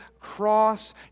cross